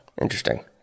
Interesting